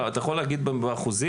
אתה יכול להגיד באחוזים?